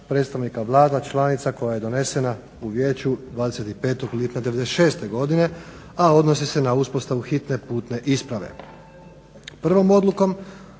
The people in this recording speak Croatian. ne razumije./…, članica koja je donesena u vijeću 25. lipnja 96. godine a odnosi se na uspostavu hitne putne isprave. Prvom odlukom